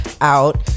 out